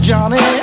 Johnny